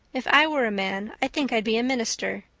if i were a man i think i'd be a minister.